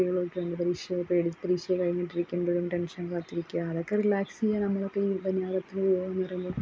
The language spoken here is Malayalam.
കുട്ടികളൊക്കെയുണ്ട് പരീക്ഷയെ പേടിക്കുന്ന പരീക്ഷ കഴിഞ്ഞിട്ടിരിക്കുമ്പോഴും ടെൻഷൻ കാത്തിരിക്കാൻ അവർക്ക് റിലാക്സ് ചെയ്യാൻ നമ്മളൊക്കെയീ വിനോദത്തിന് പൂവാന്ന് പറയുമ്പം